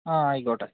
ആ ആയിക്കോട്ടെ